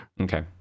Okay